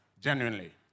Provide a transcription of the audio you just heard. Genuinely